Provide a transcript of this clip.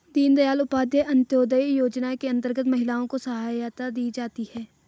दीनदयाल उपाध्याय अंतोदय योजना के अंतर्गत महिलाओं को सहायता दी जाती है